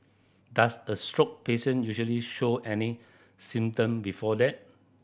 does a stroke patient usually show any symptom before that